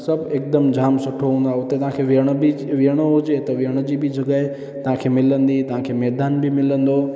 सभु एकदम जाम सुठो हूंदो आहे उते तव्हां खे विहण बि विहणो हुजे विहण जी बि जॻहि तव्हां खे मिलंदी तव्हां खे मैदान बि मिलंदो